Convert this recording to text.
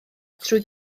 trwy